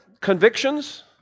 Convictions